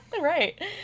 Right